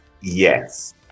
yes